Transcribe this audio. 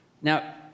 Now